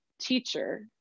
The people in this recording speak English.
teacher